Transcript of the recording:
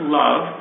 love